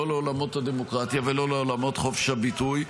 לעולמות הדמוקרטיה ולא לעולמות חופש הביטוי,